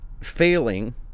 failing